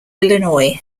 illinois